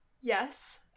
Yes